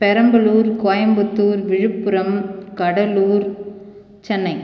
Perambalur Coimbatore Villupuram Cuddalore Chennai